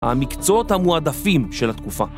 המקצועות המועדפים של התקופה